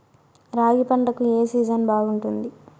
రాగి పంటకు, ఏ సీజన్ బాగుంటుంది?